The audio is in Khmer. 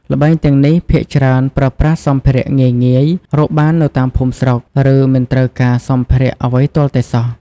ល្បែងទាំងនេះភាគច្រើនប្រើប្រាស់សម្ភារៈងាយៗ រកបាននៅតាមភូមិស្រុក ឬមិនត្រូវការសម្ភារៈអ្វីទាល់តែសោះ ។